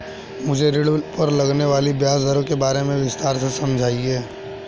मुझे ऋण पर लगने वाली ब्याज दरों के बारे में विस्तार से समझाएं